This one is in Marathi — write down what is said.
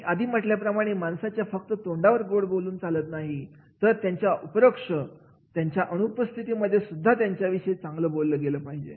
मी आधी म्हटल्याप्रमाणे माणसांच्या फक्त तोंडावर गोड बोलून चालत नाही तर त्यांच्या अपरोक्ष त्यांच्या अनुपस्थितीत सुद्धा त्यांच्याविषयी चांगलं बोलता आले पाहिजे